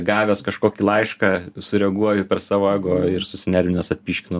gavęs kažkokį laišką sureaguoju per savo ego ir susinervinęs atpyškinu